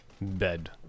bed